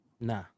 Nah